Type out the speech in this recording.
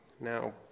Now